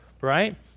right